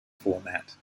format